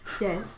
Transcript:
Yes